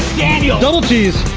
daniel. double cheese.